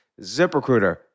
ZipRecruiter